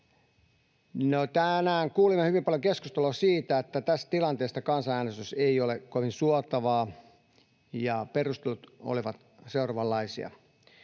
tänään kuulimme hyvin paljon keskustelua siitä, että tässä tilanteessa kansanäänestys ei ole kovin suotavaa, ja perustelut olivat seuraavanlaisia: